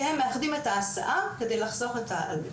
והם מאחדים את ההסעה כדי לחסוך את העלות.